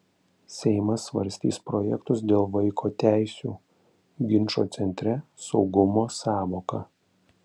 seimas svarstys projektus dėl vaiko teisių ginčo centre saugumo sąvoka